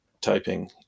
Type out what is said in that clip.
typing